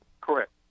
Correct